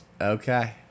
Okay